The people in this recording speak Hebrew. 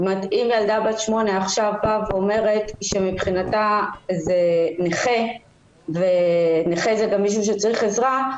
אם ילדה בת 8 אומרת שמבחינתה זה נכה ונכה זה מישהו שצריך עזרה,